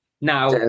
Now